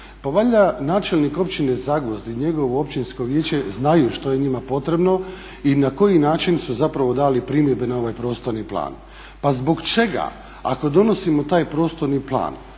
Pa valjda načelnik općine Zagvozd i njegovo općinsko vijeće znaju što je njima potrebno i na koji način su zapravo dali primjedbe na ovaj prostorni plan. Pa zbog čega ako donosimo taj prostorni plan,